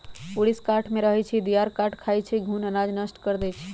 ऊरीस काठमे रहै छइ, दियार काठ खाई छइ, घुन अनाज नष्ट कऽ देइ छइ